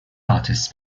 artists